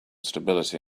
stability